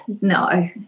no